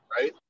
right